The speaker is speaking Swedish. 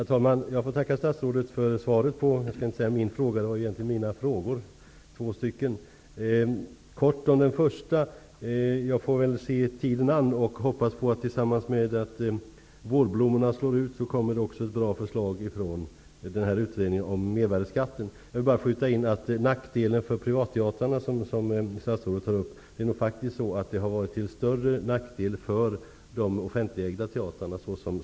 Herr talman! Jag tackar statsrådet för svaret på mina två frågor. Om den första frågan vill jag helt kort säga att jag väl får se tiden an och hoppas på att det i samband med att vårblommorna slår ut kommer ett bra förslag från utredningen om mervärdesskatten. Jag vill bara skjuta in beträffande nackdelen för privatteatrarna, som statsrådet nämnde, att systemet som det kom att utvecklas nog har varit till större nackdel för de offentligägda teatrarna.